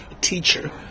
teacher